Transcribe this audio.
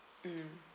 mm